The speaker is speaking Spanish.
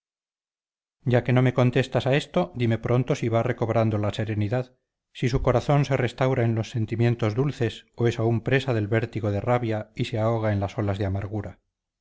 ya que no me contestes a esto dime pronto si va recobrando la serenidad si su corazón se restaura en los sentimientos dulces o es aún presa del vértigo de rabia y se ahoga en las olas de amargura